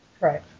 Right